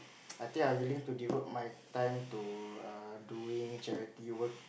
I think I'm ready to devote my time to err doing charity work